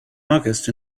august